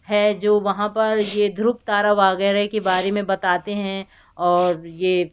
है जो वहाँ पर यह ध्रुव तारा वग़ैरह के बारे में बताते हैं और यह